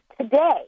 today